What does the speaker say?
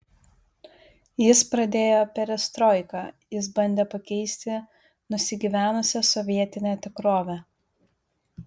jis pradėjo perestroiką jis bandė pakeisti nusigyvenusią sovietinę tikrovę